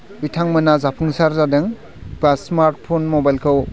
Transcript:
बिथांमोना जाफुंसार जादों बा स्मार्टफन मबाइलखौ